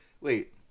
Wait